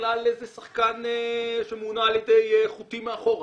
בכלל איזה שחקן שמונע על ידי חוטים מאחורה.